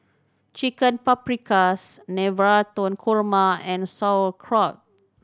Chicken Paprikas Navratan Korma and Sauerkraut